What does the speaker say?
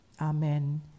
Amen